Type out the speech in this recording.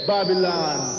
Babylon